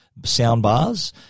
soundbars